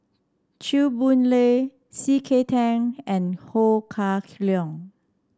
Chew Boon Lay C K Tang and Ho Kah Leong